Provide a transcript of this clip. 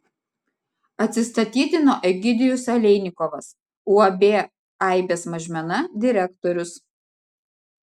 atsistatydino egidijus aleinikovas uab aibės mažmena direktorius